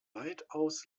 weitaus